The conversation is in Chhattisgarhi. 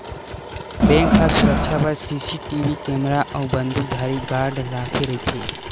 बेंक ह सुरक्छा बर सीसीटीवी केमरा अउ बंदूकधारी गार्ड राखे रहिथे